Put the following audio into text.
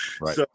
Right